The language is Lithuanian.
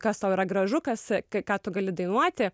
kas tau yra gražu kas ką tu gali dainuoti